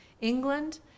England